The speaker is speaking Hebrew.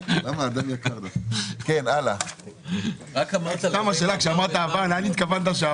לגבי מעבר בין בנקים, האם המשכנתא נסגרת וגובים